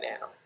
now